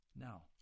Now